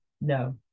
no